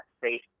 safe